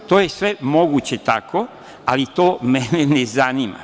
To je sve moguće tako, ali to mene ne zanima.